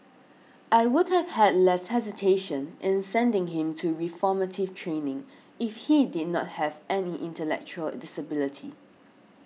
I would have had less hesitation in sending him to reformative training if he did not have any intellectual disability